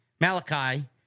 Malachi